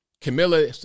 Camilla